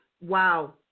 Wow